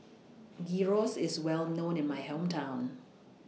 Gyros IS Well known in My Hometown